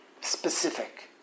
specific